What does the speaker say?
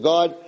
God